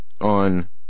on